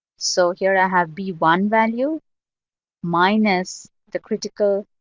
so here to have b one value minus the critical